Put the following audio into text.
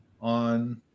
on